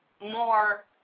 more